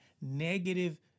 Negative